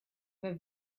were